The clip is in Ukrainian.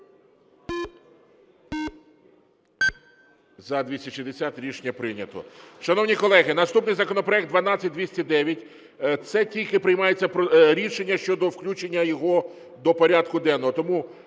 За-260 Рішення прийнято. Шановні колеги, наступний законопроект 12209. Це тільки приймається рішення щодо включення його до порядку денного.